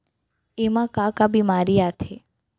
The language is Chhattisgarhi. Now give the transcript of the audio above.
एमा का का बेमारी आथे?